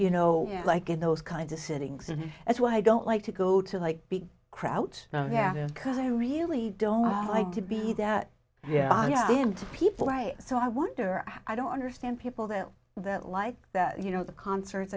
you know like in those kinds of settings and that's why i don't like to go to like big crowds because i really don't like to be that yeah i am to people so i wonder i don't understand people there that like you know the concerts